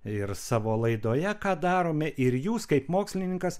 ir savo laidoje ką darome ir jūs kaip mokslininkas